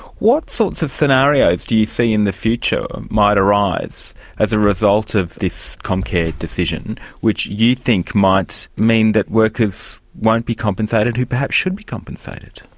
what sorts of scenarios do you see in the future might arise as a result of this comcare decision, which you think might mean that workers won't be compensated who perhaps should be compensated?